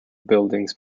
buildings